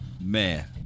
Man